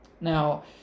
Now